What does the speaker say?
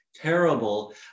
Terrible